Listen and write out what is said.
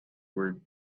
were